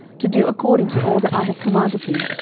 to do according to all that i have commanded thee,